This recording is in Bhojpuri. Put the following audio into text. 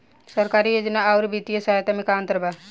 सरकारी योजना आउर वित्तीय सहायता के में का अंतर बा?